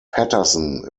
patterson